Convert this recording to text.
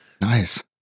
Nice